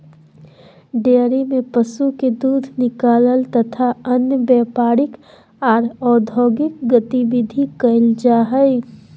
dairy में पशु के दूध निकालल तथा अन्य व्यापारिक आर औद्योगिक गतिविधि कईल जा हई